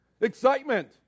Excitement